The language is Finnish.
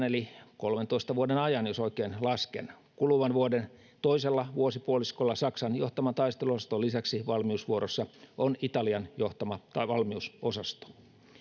eli kolmentoista vuoden ajan jos oikein lasken kuluvan vuoden toisella vuosipuoliskolla saksan johtaman taisteluosaston lisäksi valmiusvuorossa on italian johtama valmiusosasto